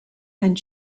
and